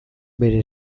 bere